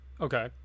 Okay